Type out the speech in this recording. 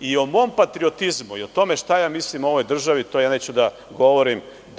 O mom patriotizmu i o tome šta ja mislim o ovoj države, to ja neću da govorim.